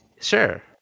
Sure